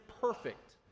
perfect